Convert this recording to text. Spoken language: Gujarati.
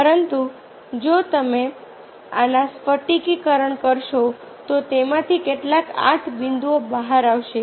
પરંતુ જો તમે આને સ્ફટિકીકરણ કરશો તો તેમાંથી કેટલાક આઠ બિંદુઓ બહાર આવશે